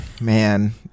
Man